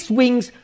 wings